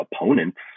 opponents